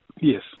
Yes